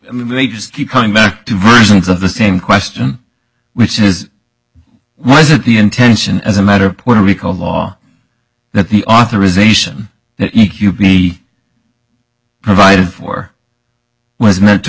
i mean they just keep coming back to versions of the same question which is why isn't the intention as a matter of puerto rico law that the authorization that you be provided for was meant to